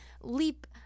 leap